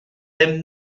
then